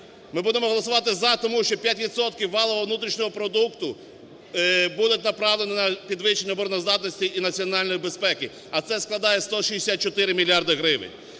Ми будемо голосувати "за", тому що 5 відсотків валового внутрішнього продукту будуть направлені на підвищення обороноздатності і національної безпеки, а це складає 164 мільярда гривень.